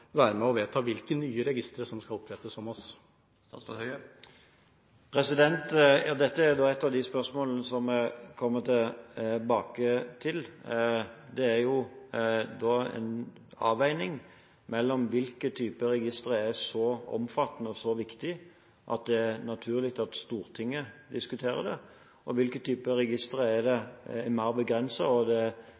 være med og vedta hvilke nye registre som skal opprettes om oss. Dette er ett av de spørsmålene som vi kommer tilbake til. Det er en avveining mellom hvilke typer registre som er så omfattende og viktige at det er naturlig at Stortinget diskuterer det, og hvilke typer registre som er mer begrenset. Det er også viktig at en får opprettet dem raskt og